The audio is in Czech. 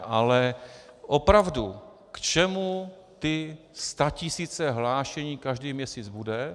Ale opravdu, k čemu ty statisíce hlášení každý měsíc budou?